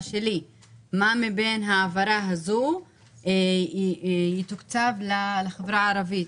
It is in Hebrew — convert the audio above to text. מה מתוך העברה הזאת יועבר לחברה הערבית.